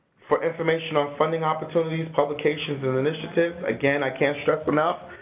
for information on funding opportunities, publications, and initiatives, again, i can't stress enough,